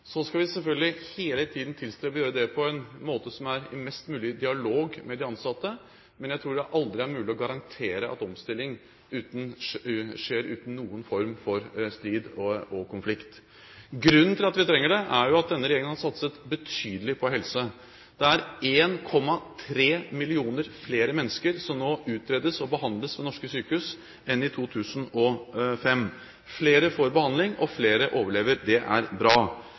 Så skal vi selvfølgelig hele tiden tilstrebe å gjøre det på en måte som er mest mulig i dialog med de ansatte, men jeg tror aldri det er mulig å garantere at omstilling skjer uten noen form for strid og konflikt. Grunnen til at vi trenger det, er at denne regjeringen har satset betydelig på helse. Det er 1,3 millioner flere mennesker som nå utredes og behandles ved norske sykehus enn i 2005. Flere får behandling og flere overlever – det er bra!